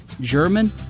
German